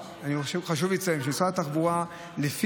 חשוב לי לציין שמשרד התחבורה כבר יכול,